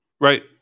Right